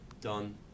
done